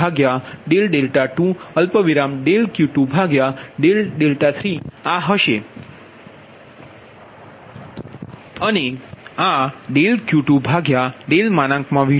બીજો કેસ તે P3V2અને ત્રીજો કેસQ22 Q23આ હશે અને આ Q2V2અને આ V2